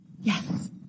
Yes